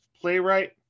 playwright